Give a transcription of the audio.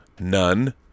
None